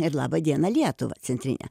ir laba diena lietuva centrinę